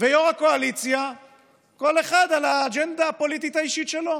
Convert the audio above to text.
ויו"ר הקואליציה כל אחד על האג'נדה הפוליטית האישית שלו.